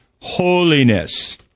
holiness